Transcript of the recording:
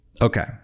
Okay